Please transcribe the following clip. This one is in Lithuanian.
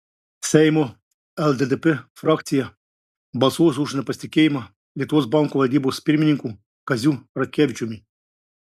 seimo lddp frakcija balsuos už nepasitikėjimą lietuvos banko valdybos pirmininku kaziu ratkevičiumi